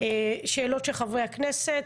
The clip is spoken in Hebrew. שאלות של חברי הכנסת.